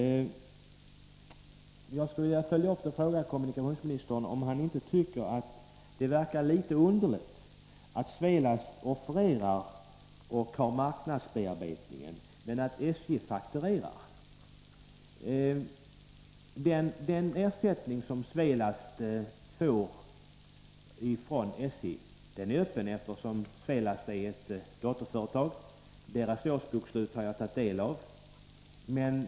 Jag skulle vilja fråga kommunikationsministern om han inte tycker att det verkar litet underligt att Svelast offererar och har marknadsbearbetningen medan SJ fakturerar. Den ersättning som Svelast får från SJ är öppen, eftersom Svelast är ett dotterföretag. Svelasts årsbokslut har jag tagit del av.